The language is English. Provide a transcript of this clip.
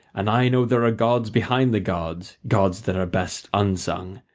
and i know there are gods behind the gods, gods that are best unsung.